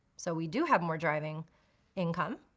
so we do have more driving income.